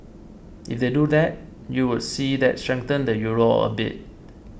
if they do that you would see that strengthen the Euro a bit